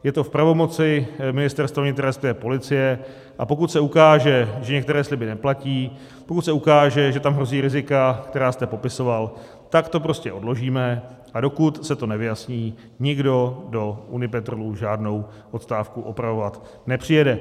Je to v pravomoci Ministerstva vnitra, policie, a pokud se ukáže, že některé sliby neplatí, pokud se ukáže, že tam hrozí rizika, která jste popisoval, tak to prostě odložíme, a dokud se to nevyjasní, nikdo do Unipetrolu žádnou odstávku opravovat nepřijede.